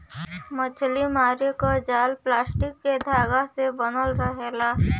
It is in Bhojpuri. मछरी मारे क जाल प्लास्टिक के धागा से बनल रहेला